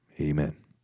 Amen